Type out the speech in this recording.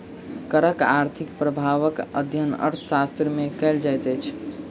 करक आर्थिक प्रभावक अध्ययन अर्थशास्त्र मे कयल जाइत अछि